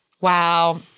Wow